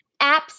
apps